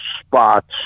spots